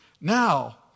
Now